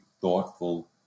thoughtful